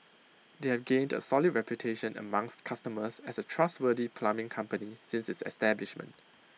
they have gained A solid reputation amongst customers as A trustworthy plumbing company since its establishment